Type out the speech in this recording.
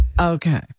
Okay